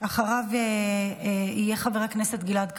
אחריו יהיה חבר הכנסת גלעד קריב.